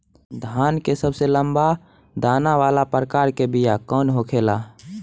धान के सबसे लंबा दाना वाला प्रकार के बीया कौन होखेला?